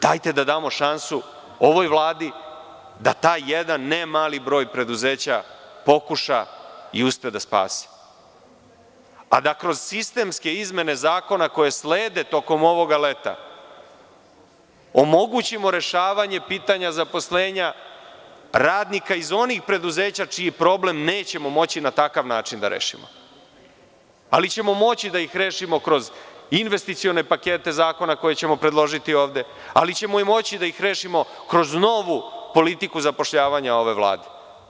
Dajte da damo šansu ovoj Vladi da taj jedan ne mali broj preduzeća pokuša i uspe da spase, a da kroz sistemske izmene zakona koje slede tokom ovog leta omogućimo rešavanje pitanja zaposlenja radnika iz onih preduzeća čiji problem nećemo moći na takav način da rešimo, ali ćemo moći da ih rešimo kroz investicione pakete zakona koje ćemo predložiti ovde, ali ćemo moći da ih rešimo kroz novu politiku zapošljavanja ove Vlade.